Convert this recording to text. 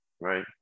right